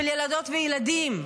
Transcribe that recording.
של ילדות וילדים,